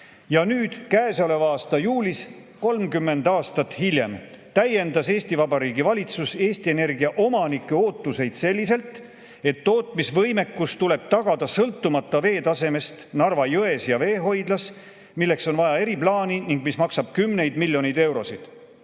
Ja nüüd, käesoleva aasta juulis, 30 aastat hiljem täiendas Eesti Vabariigi Valitsus Eesti Energia omanike ootusi selliselt, et tootmisvõimekus tuleb tagada sõltumata veetasemest Narva jões ja veehoidlas. Selleks on vaja eriplaani ning see maksab kümneid miljoneid eurosid.